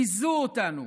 ביזו אותנו,